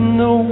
no